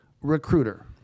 recruiter